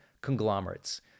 conglomerates